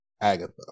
Agatha